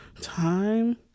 time